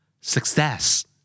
Success